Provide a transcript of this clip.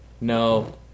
no